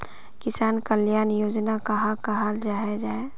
किसान कल्याण योजना कहाक कहाल जाहा जाहा?